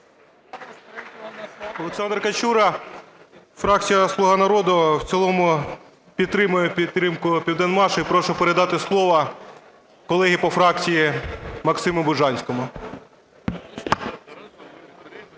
Олександр Качура, фракція "Слуга народу". В цілому підтримую підтримку "Південмаш". І прошу передати слово колезі про фракції Максиму Бужанському.